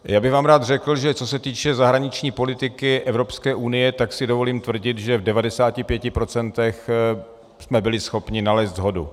Rád bych vám řekl, že co se týče zahraniční politiky Evropské unie, tak si dovolím tvrdit, že v 95 % jsme byli schopni nalézt shodu.